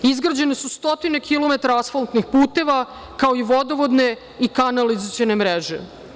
Izgrađene su stotine kilometara asfaltnih puteva, kao i vodovodne i kanalizacione mreže.